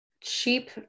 Cheap